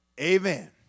Amen